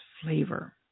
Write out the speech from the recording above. flavor